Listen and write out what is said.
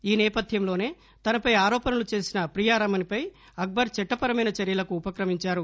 ఈ నేపథ్యంలోనే తనపై ఆరోపణలు చేసిన ప్రియా రమణిపై అక్పర్ చట్టపరమైన చర్యలకు ఉపక్రమించారు